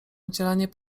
udzielanie